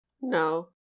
No